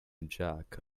jack